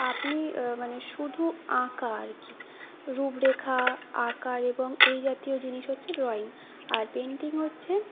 আপনি মানে শুধু আঁকা আর কি রূপরেখা আকার এবং এই জাতীয় জিনিস হচ্ছে ড্রয়িং আর পেন্টিং হচ্ছে